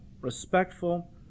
respectful